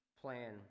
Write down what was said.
plan